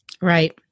Right